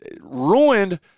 ruined